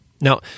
Now